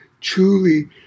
truly